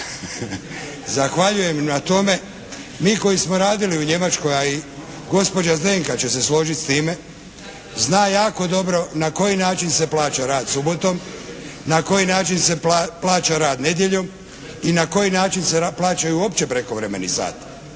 Zahvaljujem im na tome! Mi koji smo radili u Njemačkoj, a i gospođa Zdenka će se složiti s time zna jako dobro na koji način se plaća rad subotom, na koji način se plaća rad nedjeljom i na koji način se plaćaju uopće prekovremeni sati.